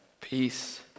peace